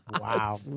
Wow